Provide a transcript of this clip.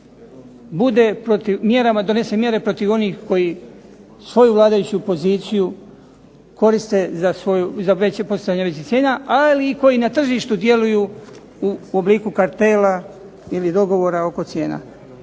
donese mjere protiv onih koji svoju vladajuću poziciju koriste za postizanje većih cijena, ali i koji na tržištu djeluju u obliku kartela ili dogovora oko cijena.